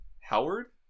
Howard